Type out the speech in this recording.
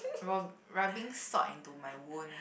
rob rubbing salt into my wound